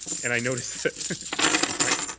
and i noticed never mind.